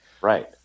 Right